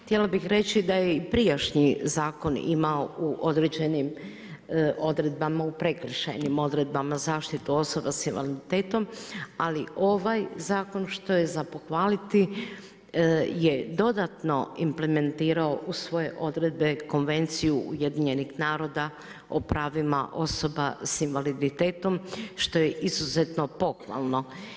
Htjela bih reći da je i prijašnji zakon imao u određenim odredbama i u prekršajnim odredbama zaštitu osoba s invaliditetom, ali ovaj zakon što je za pohvaliti je dodatni implementirao u svoje odredbe Konvenciju UN-a o pravima osoba s invaliditetom, što je izuzetno pohvalno.